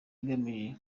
igamije